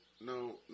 No